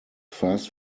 fast